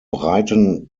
breiten